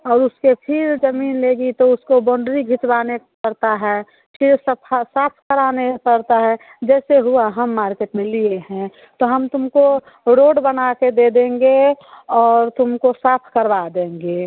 और उसके फिर ज़मीन लेगी तो उसको बउंडरी घिसवाने पड़ता है फिर सफा साफ कराने पड़ता है जैसे हुआ हम मार्केट में लिए हैं तो हम तुमको रोड बना कर दे देंगे और तुमको साफ करवा देंगे